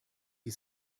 die